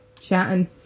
chatting